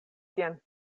tian